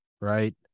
Right